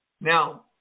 Now